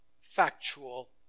factual